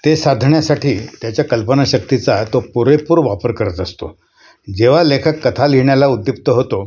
ते साधण्यासाठी त्याच्या कल्पनाशक्तीचा तो पुरेपूर वापर करत असतो जेव्हा लेखक कथा लिहिण्याला उद्युक्त होतो